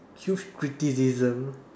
huge criticism